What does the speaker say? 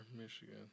Michigan